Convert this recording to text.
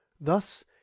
thus